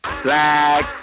Black